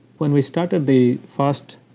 when we started the fast